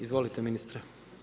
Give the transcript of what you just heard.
Izvolite ministre.